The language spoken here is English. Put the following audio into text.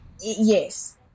yes